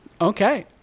Okay